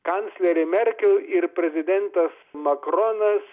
kanclerė merkel ir prezidentas makronas